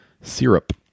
Syrup